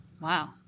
wow